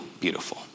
beautiful